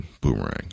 Boomerang